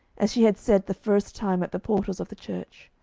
as she had said the first time at the portals of the church